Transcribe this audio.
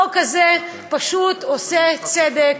החוק הזה פשוט עושה צדק,